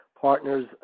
partners